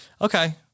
Okay